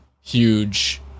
huge